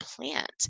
plant